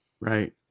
Right